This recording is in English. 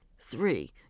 Three